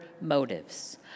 motives